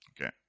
Okay